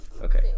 okay